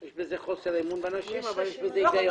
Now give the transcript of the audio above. יש בזה חוסר אמון בנשים אבל יש בזה היגיון.